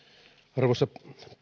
arvoisa